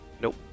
nope